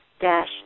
Dash